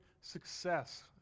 success